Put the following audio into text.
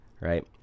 right